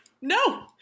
No